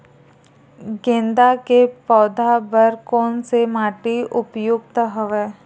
गेंदा के पौधा बर कोन से माटी उपयुक्त हवय?